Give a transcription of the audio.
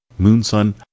Moonsun